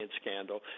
scandal